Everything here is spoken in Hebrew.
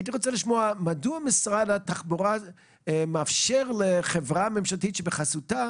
הייתי רוצה לשמוע מדוע משרד התחבורה מאפשר לחברה ממשלתית שבחסותו